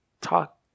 talk